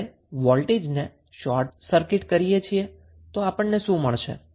આપણે વોલ્ટેજને short circuit કરવો પડશે તો આપણને શું મળશે